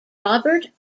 robert